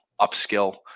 upskill